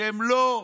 שהם לא,